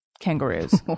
kangaroos